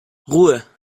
ruhe